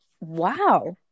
wow